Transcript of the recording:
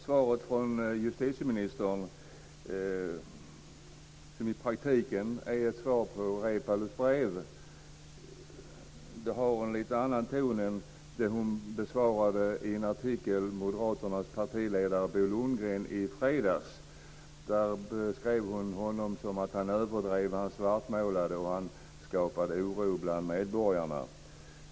Svaret från justitieministern, som i praktiken är ett svar på Reepalus brev, har en lite annorlunda ton än hennes svar på en artikel av Moderaternas partiledare Bo Lundgren i fredags. Där beskrev hon att han överdrev, svartmålade och skapade oro bland medborgarna.